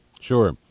Sure